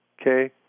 okay